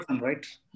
right